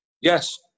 Yes